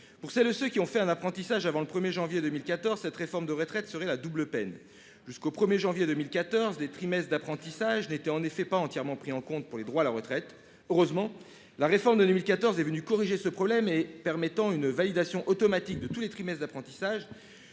Pour celles et ceux qui ont été en apprentissage avant le 1 janvier 2014, cette réforme des retraites serait la double peine. En effet, jusqu'au 1 janvier 2014, les trimestres d'apprentissage n'étaient pas entièrement pris en compte pour les droits à la retraite. Heureusement, la réforme de 2014 est venue corriger ce problème, en permettant une validation automatique de tous les trimestres d'apprentissage.